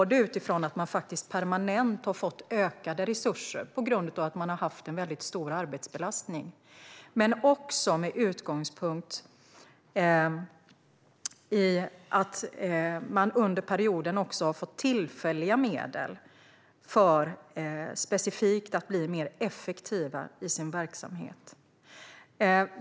Det är delvis utifrån att den permanent har fått ökade resurser på grund av att den har haft en väldigt stor arbetsbelastning men också med utgångspunkt i att den under perioden har fått tillfälliga medel specifikt för att bli mer effektiv i sin verksamhet.